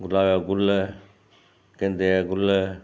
गुलाब जा गुल गेंदे जा गुल